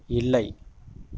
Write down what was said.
இல்லை